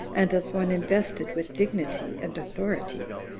and as one invested with dignity and authority.